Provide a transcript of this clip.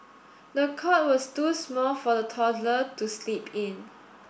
the cot was too small for the toddler to sleep in